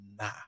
nah